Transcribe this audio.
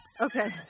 Okay